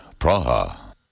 Praha